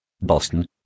Boston